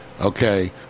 okay